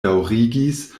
daŭrigis